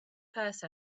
purse